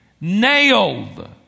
nailed